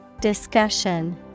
Discussion